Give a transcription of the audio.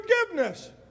forgiveness